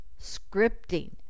scripting